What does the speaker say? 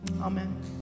Amen